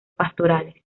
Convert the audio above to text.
pastorales